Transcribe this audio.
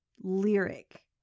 lyric